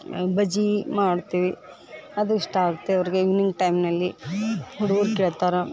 ಬಜ್ಜಿ ಮಾಡ್ತೇವೆ ಅದು ಇಷ್ಟ ಆಗತ್ತೆ ಅವರಿಗೆ ಇವ್ನಿಂಗ್ ಟೈಮ್ನಲ್ಲಿ ಹುಡ್ಗುರು ಕೇಳ್ತಾರ